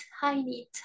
tiny